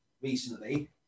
recently